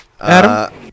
Adam